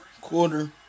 quarter